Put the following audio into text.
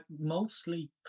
mostly